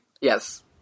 Yes